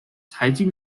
财经